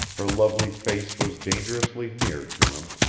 her lovely face was dangerously near to him.